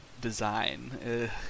design